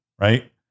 right